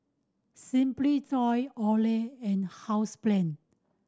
Simply Toy Olay and Housebrand